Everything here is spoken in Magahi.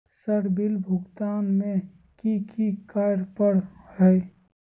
सर बिल भुगतान में की की कार्य पर हहै?